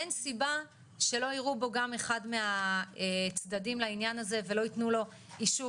אין סיבה שלא יראו בו גם אחד מהצדדים לעניין הזה ולא יתנו לו אישור